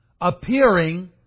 appearing